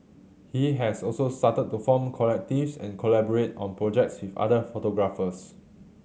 he has also started to form collectives and collaborate on projects with other photographers